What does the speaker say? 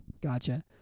Gotcha